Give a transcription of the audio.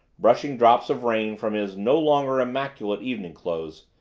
brushing drops of rain from his no longer immaculate evening clothes,